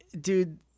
dude